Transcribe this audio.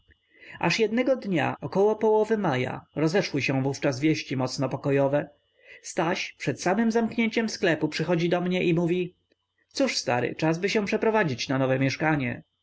aż jednego dnia około połowy maja rozeszły się wówczas wieści mocno pokojowe staś przed samem zamknięciem sklepu przychodzi do mnie i mówi cóż stary czas by się przeprowadzić na nowe mieszkanie